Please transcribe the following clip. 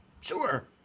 sure